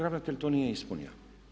Ravnatelj to nije ispunio.